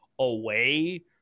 away